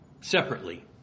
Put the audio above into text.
separately